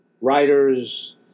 Writers